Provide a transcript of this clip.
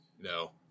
No